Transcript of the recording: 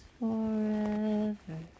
forever